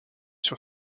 sur